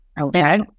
Okay